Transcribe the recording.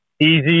easy